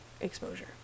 exposure